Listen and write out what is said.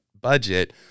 budget